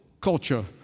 culture